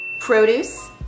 produce